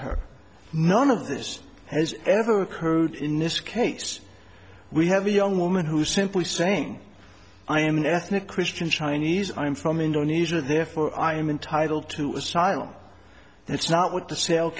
her none of this has ever occurred in this case we have a young woman who simply saying i am an ethnic christian chinese i'm from indonesia therefore i am entitled to asylum that's not what the sale